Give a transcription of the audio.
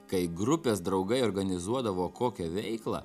kai grupės draugai organizuodavo kokią veiklą